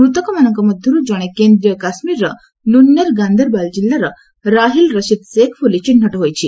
ମୃତକମାନଙ୍କ ମଧ୍ୟରୁ ଜଣେ କେନ୍ଦ୍ରୀୟ କାଶ୍ମୀରର ନୁନ୍ଦେର ଗାନ୍ଦେରବାଲ୍ କିଲ୍ଲାର ରାହିଲ ରଶିଦ୍ ଶେଖ୍ ବୋଲି ଚିହ୍ନଟ ହୋଇଛି